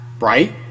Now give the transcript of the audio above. right